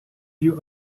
view